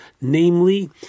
Namely